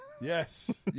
Yes